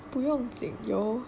不用紧 yo